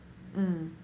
mm